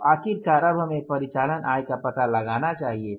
तो आखिरकार अब हमें परिचालन आय का पता लगाना चाहिए